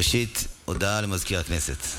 ראשית, הודעה למזכיר הכנסת.